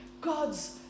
God's